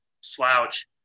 slouch